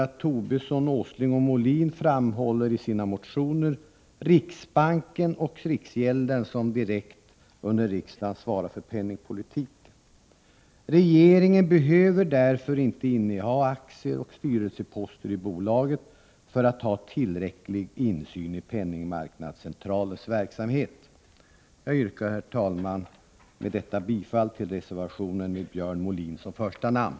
Lars Tobisson, Nils Åsling och Björn Molin framhåller i sina motioner att det är ”riksbanken och riksgäldskontoret som direkt under riksdagen svarar för penningpolitiken. Regering 59 en behöver därför inte inneha aktier och styrelsepost i bolaget för att ha tillräcklig insyn i penningmarknadscentralens verksamhet.” Herr talman! Med det anförda yrkar jag bifall till reservationen, som har Björn Molin som första namn.